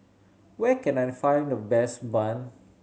where can I find the best bun